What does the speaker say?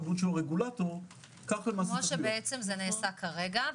הבריאות שהוא רגולטור- -- כמו שזה נעשה כרגע,